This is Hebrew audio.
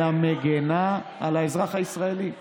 אלא מגינה על האזרח הישראלי.